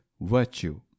Virtue